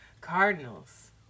Cardinals